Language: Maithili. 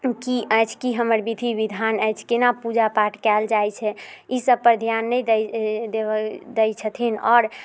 की अछि की हमर विधि विधान अछि केना पूजा पाठ कयल जाइ छै ई सबपर ध्यान नहि देब दै छथिन